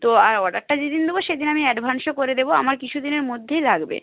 তো আর অর্ডারটা যেদিন দেবো সেদিন আমি অ্যাডভান্সও করে দেবো আমার কিছু দিনের মধ্যেই লাগবে